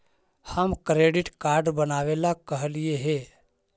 हम credit card बनावे ला कहलिऐ हे?